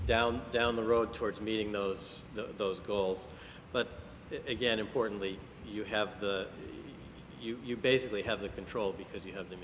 down down the road towards meeting those those goals but again importantly you have you basically have the control because you have the